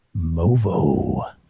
Movo